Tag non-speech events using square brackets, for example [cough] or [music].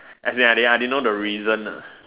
[noise] as in I didn't I didn't I didn't know the reason